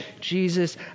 Jesus